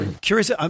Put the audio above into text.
curious